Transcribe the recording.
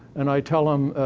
and i tell him,